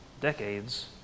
decades